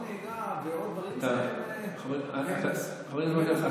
נהיגה ועוד דברים --- חבר הכנסת מקלב,